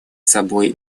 собой